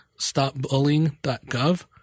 stopbullying.gov